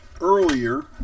earlier